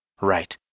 Right